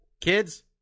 Kids